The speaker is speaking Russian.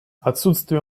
отсутствие